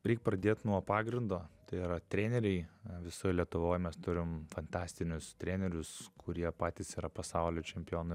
reik pradėt nuo pagrindo tai yra treneriai visoj lietuvoj mes turim fantastinius trenerius kurie patys yra pasaulio čempionai